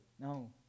No